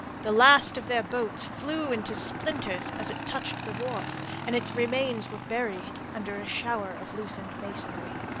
the last of their boats flew into splinters as it touched the wharf, and its remains were buried under a shower of loosened masonry.